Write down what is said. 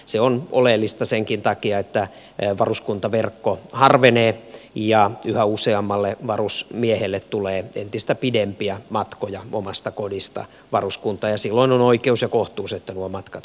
se on oleellista senkin takia että varuskuntaverkko harvenee ja yhä useammalle varusmiehelle tulee entistä pidempiä matkoja omasta kodista varuskuntaan ja silloin on oikeus ja kohtuus että nuo matkat korvataan